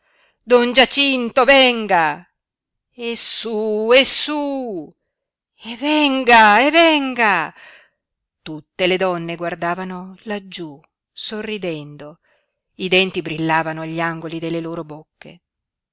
don giacinto venga e su e su e venga e venga tutte le donne guardavano laggiú sorridendo i denti brillavano agli angoli delle loro bocche